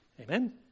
Amen